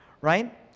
Right